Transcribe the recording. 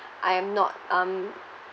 I'm not um